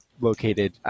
located